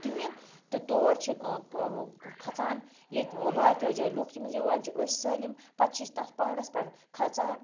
کِہیٖنۍ تہٕ تور چھِ کھَژان ییٚتہِ باقٕیو جایہِ لُکھ یِم حظ یِوان چھِ أسۍ سٲلِم پَتہٕ چھِ أسۍ تَتھ پہاڑَس پٮ۪ٹھ کھَژان